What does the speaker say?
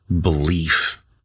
belief